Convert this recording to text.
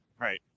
Right